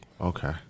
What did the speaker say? Okay